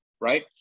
right